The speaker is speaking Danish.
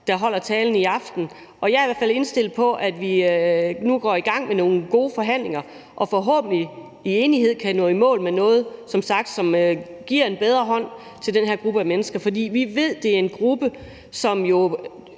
der holder talen i aften, og jeg er i hvert fald indstillet på, at vi nu går i gang med nogle gode forhandlinger og forhåbentlig i enighed kan nå i mål med noget, der som sagt giver en bedre hånd til den her gruppe af mennesker. For vi ved, det er en gruppe, som jo